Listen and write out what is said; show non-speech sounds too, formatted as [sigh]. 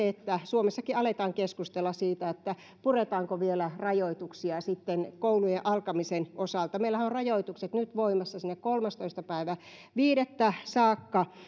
[unintelligible] että suomessakin aletaan keskustella siitä puretaanko vielä rajoituksia koulujen alkamisen osalta meillähän on rajoitukset nyt voimassa sinne kolmastoista viidettä saakka